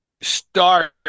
start